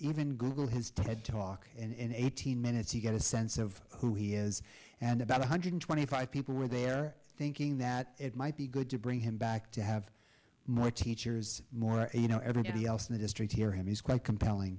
even google his ted talk in eighteen minutes you get a sense of who he is and about one hundred twenty five people were there thinking that it might be good to bring him back to have more teachers more you know everybody else in the district here he's quite compelling